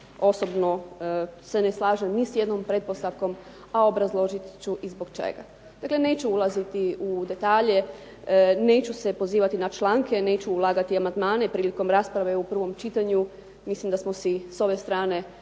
Osobno se ne slažem ni s jednom pretpostavkom, a obrazložit ću i zbog čega. Dakle, neću ulaziti u detalje, neću se pozivati na članke, neću ulagati amandmane prilikom rasprave u prvom čitanju, mislim da smo si s ove strane